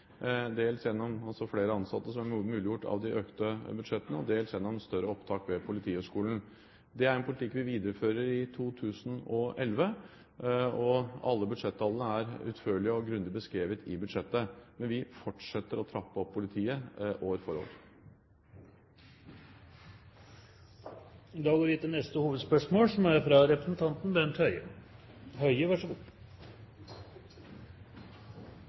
dels gjennom flere ansatte, noe som har vært muliggjort av de økte budsjettene, og dels gjennom større opptak ved Politihøgskolen. Det er en politikk vi viderefører i 2011. Alle budsjettallene er utførlig og grundig beskrevet i budsjettet. Men vi fortsetter å trappe opp politiet år for år. Da går vi til neste hovedspørsmål.